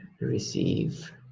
receive